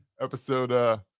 episode